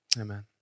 Amen